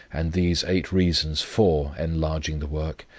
and these eight reasons for enlarging the work,